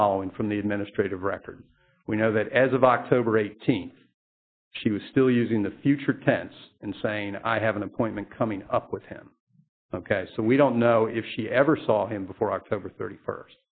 following from the administrative records we know that as of october eighteenth she was still using the future tense and saying i have an appointment coming up with him ok so we don't know if she ever saw him before october thirty first